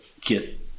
get